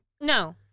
No